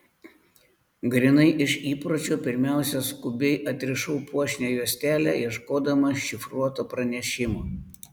grynai iš įpročio pirmiausia skubiai atrišau puošnią juostelę ieškodama šifruoto pranešimo